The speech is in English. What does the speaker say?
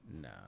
No